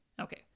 Okay